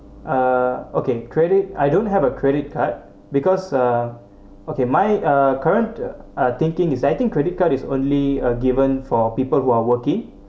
uh okay credit I don't have a credit card because uh okay mine uh current uh thinking is I think credit card is only a given for people who are working